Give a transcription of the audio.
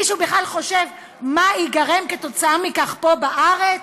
מישהו בכלל חושב מה ייגרם כתוצאה מכך פה בארץ?